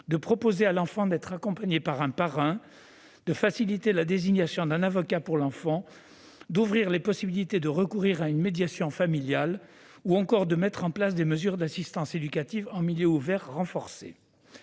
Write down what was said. de proposer à l'enfant d'être accompagné par un parrain, de faciliter la désignation d'un avocat pour l'enfant, de permettre le recours à une médiation familiale, ou encore de mettre en place des mesures d'assistance éducative en milieu ouvert renforcée.